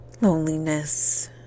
loneliness